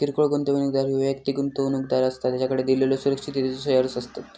किरकोळ गुंतवणूकदार ह्यो वैयक्तिक गुंतवणूकदार असता ज्याकडे दिलेल्यो सुरक्षिततेचो शेअर्स असतत